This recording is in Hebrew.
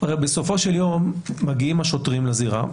הרי בסופו של יום מגיעים השוטרים לזירה,